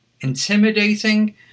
intimidating